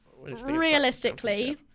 realistically